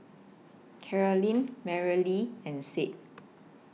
Carolyne Merrilee and Sid